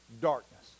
darkness